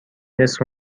نصف